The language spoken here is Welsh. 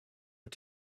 wyt